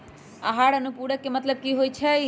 आहार अनुपूरक के मतलब की होइ छई?